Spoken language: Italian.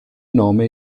nome